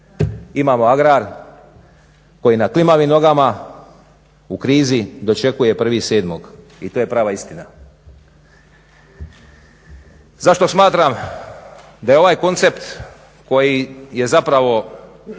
Imamo agrar koji na klimavim nogama u krizi dočekuje 1.7. i to je prava istina. Zašto smatram da je ovaj koncept koji je zapravo